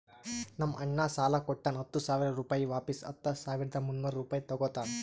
ನಮ್ ಅಣ್ಣಾ ಸಾಲಾ ಕೊಟ್ಟಾನ ಹತ್ತ ಸಾವಿರ ರುಪಾಯಿ ವಾಪಿಸ್ ಹತ್ತ ಸಾವಿರದ ಮುನ್ನೂರ್ ರುಪಾಯಿ ತಗೋತ್ತಾನ್